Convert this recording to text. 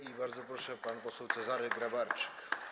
I bardzo proszę, pan poseł Cezary Grabarczyk.